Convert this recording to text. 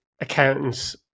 accountants